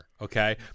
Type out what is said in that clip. okay